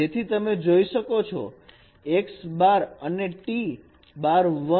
જેથી તમે જોઈ શકો છો x is T 1 y